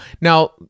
Now